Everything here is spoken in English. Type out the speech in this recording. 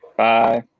Bye